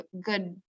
good